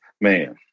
man